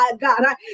God